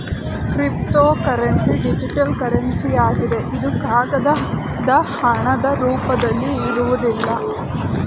cryptocurrency digital currency ಆಗಿದೆ ಇದು ಕಾಗದ ಹಣದ ರೂಪದಲ್ಲಿ ಇರುವುದಿಲ್ಲ